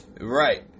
Right